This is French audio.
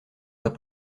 pas